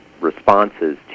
responses